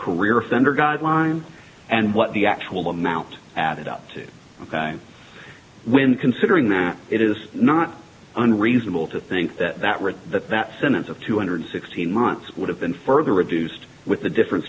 career offender guideline and what the actual amount added up to when considering that it is not unreasonable to think that that read that that sentence of two hundred sixteen months would have been further reduced with the difference